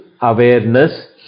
awareness